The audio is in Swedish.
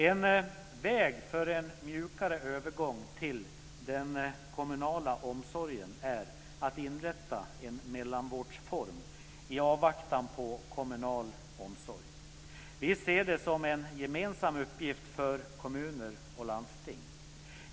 En väg för en mjukare övergång till den kommunala omsorgen är att inrätta en mellanvårdsform i avvaktan på kommunal omsorg. Vi ser det som en gemensam uppgift för kommuner och landsting.